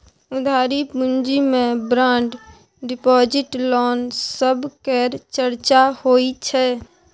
उधारी पूँजी मे बांड डिपॉजिट, लोन सब केर चर्चा होइ छै